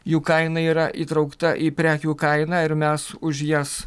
jų kaina yra įtraukta į prekių kainą ir mes už jas